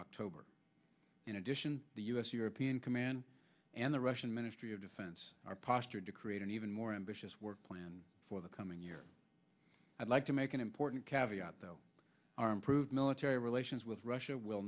october in addition the u s european command and the russian ministry of defense are postured to create an even more ambitious work plan for the coming year i'd like to make an important caveat though our improved military relations with russia will